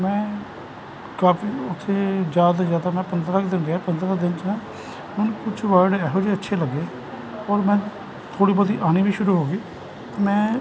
ਮੈਂ ਕਾਫੀ ਉੱਥੇ ਜ਼ਿਆਦਾ ਤੋਂ ਜ਼ਿਆਦਾ ਮੈਂ ਪੰਦਰਾਂ ਕੁ ਦਿਨ ਰਿਹਾ ਪੰਦਰਾਂ ਦਿਨ 'ਚ ਨਾ ਹੁਣ ਕੁਛ ਵਰਡ ਇਹੋ ਜਿਹੇ ਅੱਛੇ ਲੱਗੇ ਔਰ ਮੈਂ ਥੋੜ੍ਹੀ ਬਹੁਤੀ ਆਉਣੀ ਵੀ ਸ਼ੁਰੂ ਹੋ ਗਈ ਮੈਂ